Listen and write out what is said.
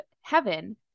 heaven